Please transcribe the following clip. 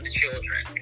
children